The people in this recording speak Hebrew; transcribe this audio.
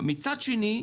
מצד שני,